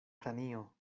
kranio